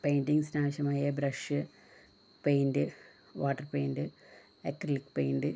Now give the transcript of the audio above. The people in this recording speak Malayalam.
പെയിന്റിംഗ്സിന് ആവശ്യമായ brush paint water paint acrylic paint